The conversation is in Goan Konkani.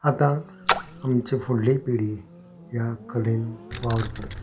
आतां आमची फुडली पिडी ह्या कलेन वावर करता